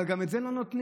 אבל זה לא הכול.